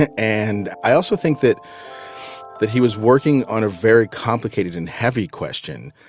and and i also think that that he was working on a very complicated and heavy question,